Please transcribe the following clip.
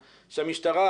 שהמשטרה,